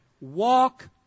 Walk